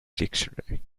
dictionary